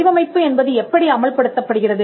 வடிவமைப்பு என்பது எப்படி அமல்படுத்தப்படுகிறது